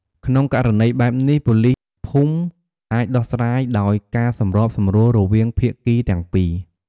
ក្នុងករណីបែបនេះ ប៉ូលីសភូមិអាច ដោះស្រាយដោយការសម្របសម្រួល រវាងភាគីទាំងពីរ។